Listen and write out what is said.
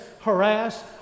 harass